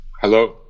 Hello